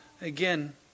Again